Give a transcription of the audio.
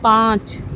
پانچ